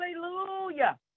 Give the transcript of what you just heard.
hallelujah